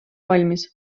valmis